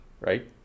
right